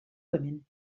women